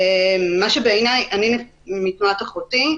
אני מתנועת אחותי,